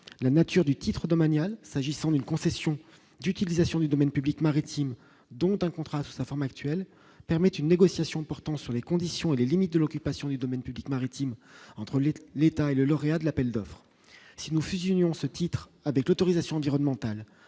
la nature du titre domanial, s'agissant d'une concession d'utilisation du domaine public maritime dont un contrat sous sa forme actuelle permet une négociation portant sur les conditions et les limites de l'occupation du domaine public maritime entre les l'État est le lauréat de l'appel d'offres, si nous fusionnons ce titre avec l'autorisation environnementale